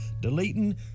deleting